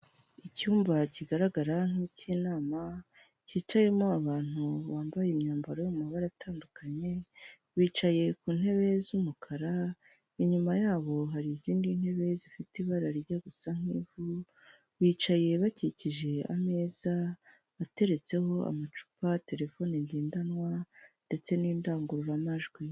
Icyumba kigaragara nk'ik'inama kicayemo abantu bambaye imyambaro mu mabara atandukanye, bicaye ku ntebe z'umukara, inyuma yabo hari izindi ntebe zifite ibara rijya gusa, nk'ivu bicaye bakikije ameza ateretseho amacupa telefone ngendanwa ndetse n'indangururamajwi.